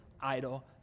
idol